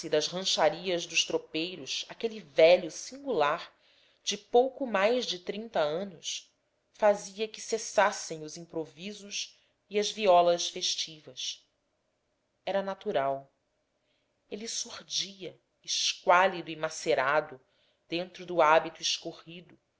das rancharias dos tropeiros aquele velho singular de pouco mais de trinta anos fazia que cessassem os improvisos e as violas festivas era natural ele surdia esquálido e macerado dentro do hábito escorrido